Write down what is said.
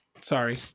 Sorry